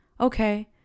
okay